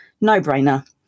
no-brainer